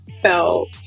felt